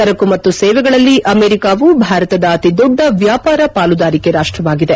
ಸರಕು ಮತ್ತು ಸೇವೆಗಳಲ್ಲಿ ಅಮೆರಿಕವು ಭಾರತದ ಅತಿದೊಡ್ಡ ವ್ಯಾಪಾರ ಪಾಲುದಾರಿಕೆ ರಾಷ್ಟವಾಗಿದೆ